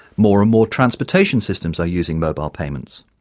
more and more transportation systems are using mobile payments.